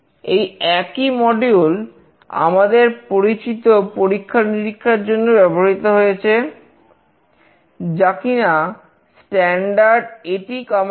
এই একই মডিউল আমাদের পরিচিত পরীক্ষা নিরীক্ষার জন্য ব্যবহৃত হয়েছে যা কিনা স্ট্যান্ডার্ড এটি কমান্ড